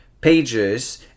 pages